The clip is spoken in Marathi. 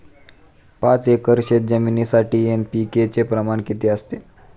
पाच एकर शेतजमिनीसाठी एन.पी.के चे प्रमाण किती असते?